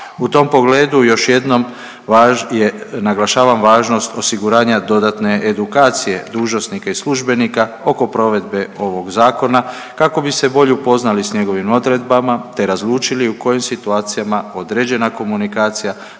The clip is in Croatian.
U tom pogledu još jednom naglašavam važnost osiguranja dodatne edukacije dužnosnika i službenika oko provedbe ovog zakona kako bi se bolje upoznali s njegovim odredbama te razlučili u kojim situacijama određena komunikacija